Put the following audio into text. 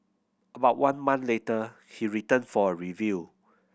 about one month later he returned for a review